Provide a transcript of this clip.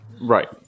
Right